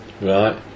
Right